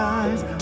eyes